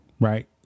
right